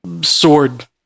Sword